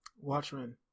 Watchmen